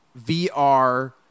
VR